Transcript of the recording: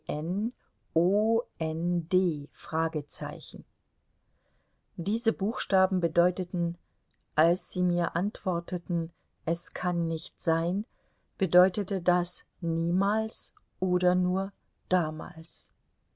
d diese buchstaben bedeuteten als sie mir antworteten es kann nicht sein bedeutete das niemals oder nur damals